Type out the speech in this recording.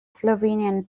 slovenian